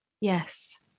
Yes